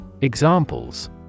Examples